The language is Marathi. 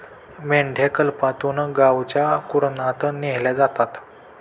मेंढ्या कळपातून गावच्या कुरणात नेल्या जातात